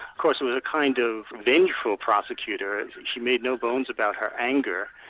course it was a kind of vengeful prosecutor and but she made no bones about her anger,